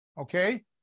Okay